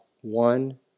one